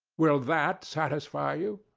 will that satisfy you?